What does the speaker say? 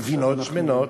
גבינות שמנות,